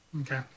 Okay